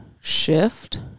shift